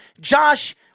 Josh